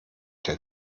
der